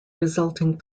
resulting